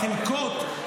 החלקות,